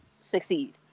succeed